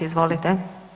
Izvolite.